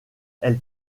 elle